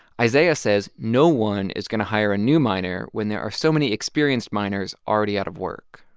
isaiah says no one is going to hire a new miner when there are so many experienced miners already out of work.